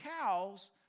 cows